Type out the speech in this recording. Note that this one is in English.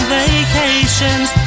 vacations